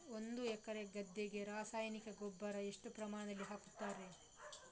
ಒಂದು ಎಕರೆ ಗದ್ದೆಗೆ ರಾಸಾಯನಿಕ ರಸಗೊಬ್ಬರ ಎಷ್ಟು ಪ್ರಮಾಣದಲ್ಲಿ ಹಾಕುತ್ತಾರೆ?